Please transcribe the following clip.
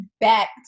back